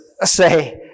say